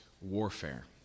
warfare